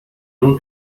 اون